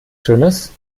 schönes